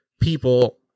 people